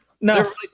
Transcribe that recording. No